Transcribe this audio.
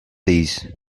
these